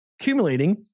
accumulating